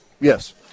Yes